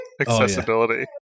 accessibility